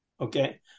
Okay